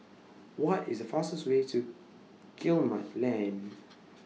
What IS The fastest Way to Guillemard Lane